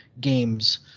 games